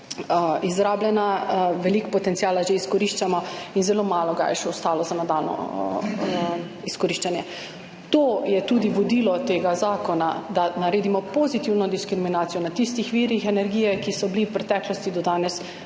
izrabljena, veliko potenciala že izkoriščamo in zelo malo ga je še ostalo za nadaljnje izkoriščanje. To je tudi vodilo tega zakona, da naredimo pozitivno diskriminacijo na tistih virih energije, ki so bili v preteklosti do danes